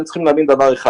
אתם צריכים להבין דבר אחד.